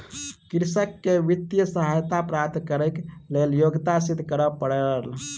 कृषक के वित्तीय सहायता प्राप्त करैक लेल योग्यता सिद्ध करअ पड़ल